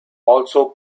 also